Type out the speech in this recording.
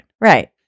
right